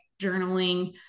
journaling